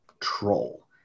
troll